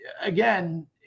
again